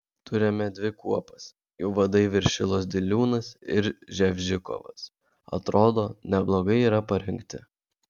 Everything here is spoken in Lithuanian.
turime dvi kuopas jų vadai viršilos diliūnas ir ževžikovas atrodo neblogai yra parengti